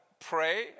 pray